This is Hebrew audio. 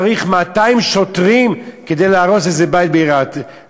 אני צריך 200 שוטרים כדי להרוס איזה בית במזרח-ירושלים,